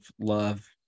love